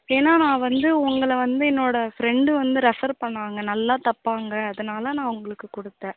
ஏன்னா நான் வந்து உங்களை வந்து என்னோட ஃப்ரெண்டு வந்து ரெஃபர் பண்ணாங்க நல்லா தைப்பாங்க அதனால் நான் உங்களுக்கு கொடுத்தேன்